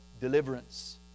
deliverance